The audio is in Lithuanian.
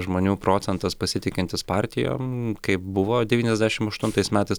žmonių procentas pasitikintis partijom kaip buvo devyniasdešim aštuntais metais